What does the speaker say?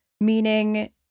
Meaning